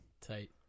tight